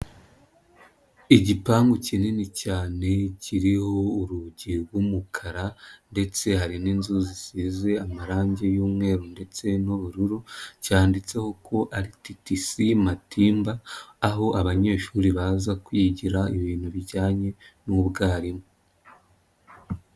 Igipangu kinini cyane, kiriho urugi rw'umukara ndetse hari n'inzu zisize amarangi y'umweru ndetse n'ubururu, cyanditseho ko ari TTC Matimba, aho abanyeshuri baza kwigira ibintu bijyanye n'ubwarimu.